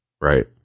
right